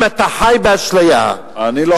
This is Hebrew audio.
אם אתה חי באשליה, אני לא חי באשליה.